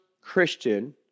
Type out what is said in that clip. Christian